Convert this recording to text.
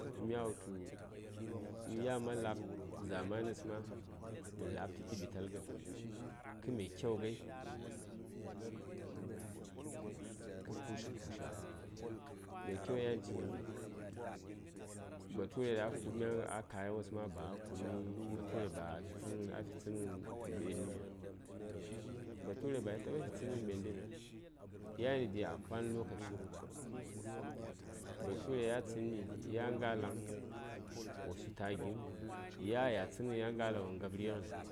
mya wutu yan ma la:b zamanes ma mə la:btə tə ɓitalghən kə mai kyau ghai kə kushi kushi ghai mai kyau yan cin ni bature ɗaŋ ku:bmi a kaywos ma bature ba ku:bmi baa fi tsənghən ɓendəmiŋ bature ba wo tabafi tsənghən ɓendəmiŋ yani dai a kwan lokaci bature ya tsənni ya ngalaŋ wo sutə a gin aya tsənghən ya ghalaŋ wo ngab righən.